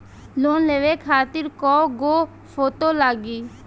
Loan लेवे खातिर कै गो फोटो लागी?